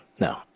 No